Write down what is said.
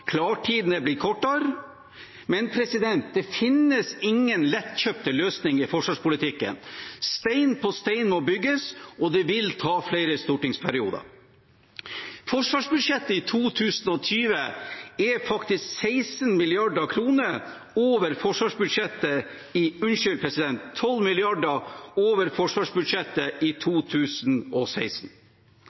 kortere. Men det finnes ingen lettkjøpte løsninger i forsvarspolitikken. Stein på stein må bygges, og det vil ta flere stortingsperioder. Forsvarsbudsjettet i 2020 er 12 mrd. kr over forsvarsbudsjettet i